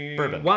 Bourbon